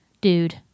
dude